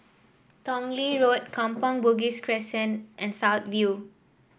Tong Lee Road Kampong Bugis Crescent and South View